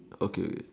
okay